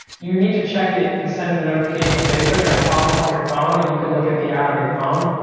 you need to check it and send a notification to facebook and it'll pop up on your phone and you can look at the ad on your phone.